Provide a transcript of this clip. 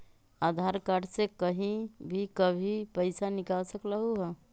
आधार card से कहीं भी कभी पईसा निकाल सकलहु ह?